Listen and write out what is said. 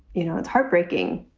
you know it's heartbreaking.